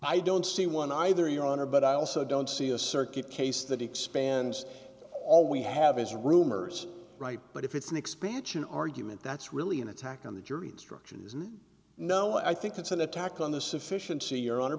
i don't see one either your honor but i also don't see a circuit case that expands all we have is rumors right but if it's an expansion argument that's really an attack on the jury instructions and no i think it's an attack on the sufficiency your hon